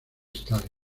stalin